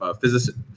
physicist